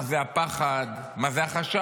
מה זה הפחד, מה זה החשש,